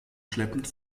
schleppend